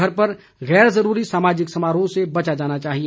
घर पर गैर जरूरी सामाजिक समारोह से बचा जाना चाहिए